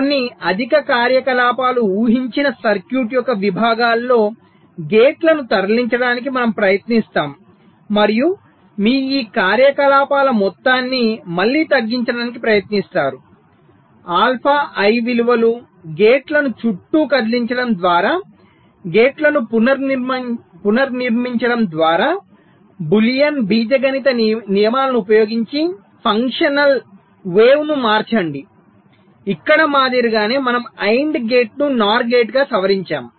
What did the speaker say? కొన్ని అధిక కార్యకలాపాలు ఊహించిన సర్క్యూట్ యొక్క విభాగాలలో గేట్లను తరలించడానికి మనము ప్రయత్నిస్తాము మరియు మీరు ఈ కార్యకలాపాల మొత్తాన్ని మళ్ళీ తగ్గించడానికి ప్రయత్నిస్తారు ఆల్ఫా ఐ విలువలు గేట్లను చుట్టూ కదిలించడం ద్వారా గేట్లను పునర్నిర్మించడం ద్వారా బూలియన్ బీజగణిత నియమాలను ఉపయోగించి ఫంక్షనల్ వేవ్ని మార్చండి ఇక్కడ మాదిరిగానే మనము AND గేట్ను NOR గేట్గా సవరించాము